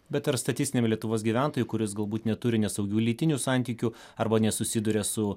bet ar statistiniam lietuvos gyventojui kuris galbūt neturi nesaugių lytinių santykių arba nesusiduria su